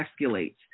escalates